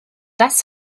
das